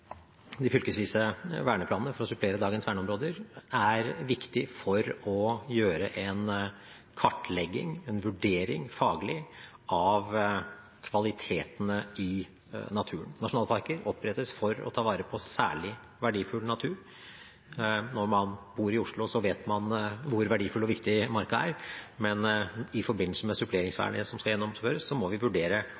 de fylkesvise verneplanene for å supplere dagens verneområder er viktig for å gjøre en kartlegging, en faglig vurdering, av kvalitetene i naturen. Nasjonalparker opprettes for å ta vare på særlig verdifull natur. Når man bor i Oslo, vet man hvor verdifull og viktig marka er, men i forbindelse med